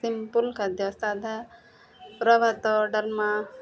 simple ଖାଦ୍ୟ ସାଦା ପୁରା ଭାତ ଡାଲ୍ମା